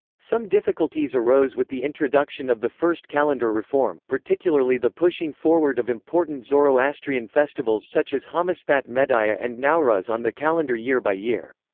some difficulties arose with the introduction of the first calendar reform, particularly the pushing forward of important zoroastrian festivals such as hamaspat-maedaya and nowruz on the calendar year by year.